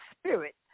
spirit